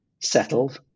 settled